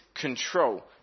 control